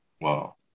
Wow